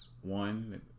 one